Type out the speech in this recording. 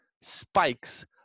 spikes